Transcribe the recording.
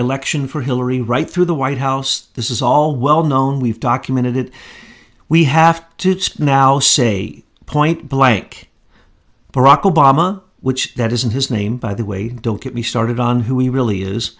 election for hillary right through the white house this is all well known we've documented it we have to now say point blank barack obama which that isn't his name by the way don't get me started on who he really is